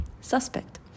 suspect